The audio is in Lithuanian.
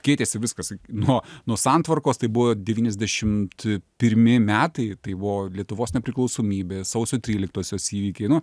keitėsi viskas nuo nuo santvarkos tai buvo devyniasdešimt pirmi metai tai buvo lietuvos nepriklausomybė sausio tryliktosios įvykiai nu